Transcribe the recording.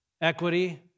equity